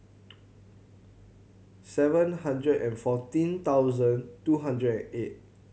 seven hundred and fourteen thousand two hundred and eight